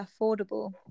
affordable